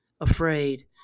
afraid